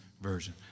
Version